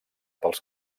pels